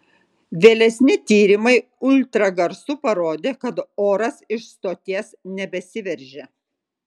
vėlesni tyrimai ultragarsu parodė kad oras iš stoties nebesiveržia